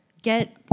Get